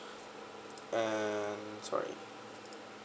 and sorry